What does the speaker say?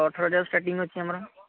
ଅଠର ହଜାରରୁ ଷ୍ଟାର୍ଟିଙ୍ଗ ଅଛି ଆମର